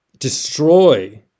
Destroy